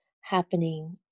happening